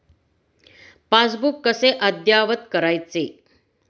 Passbook कसे अद्ययावत करायचे?